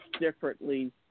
differently